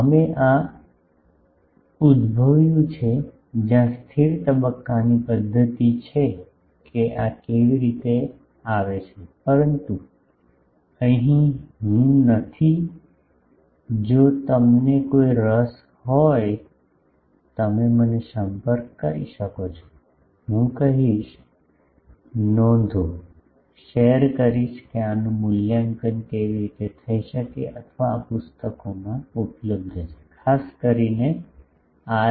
અમે આ ઉદ્દભવ્યું છે જ્યાં સ્થિર તબક્કાની પદ્ધતિ છે કે આ કેવી રીતે આવે છે પરંતુ અહીં હું નથી જો તમને કોઈને રસ હોય તો તમે મને સંપર્ક કરી શકો છો હું કહીશ નોંધો શેર કરીશ કે આનું મૂલ્યાંકન કેવી રીતે થઈ શકે અથવા આ પુસ્તકોમાં ઉપલબ્ધ છે ખાસ કરીને આર